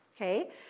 okay